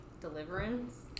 Deliverance